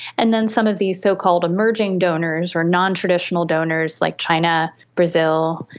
and then some of these so-called emerging donors or non-traditional donors like china, brazil,